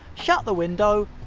shut the window.